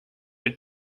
your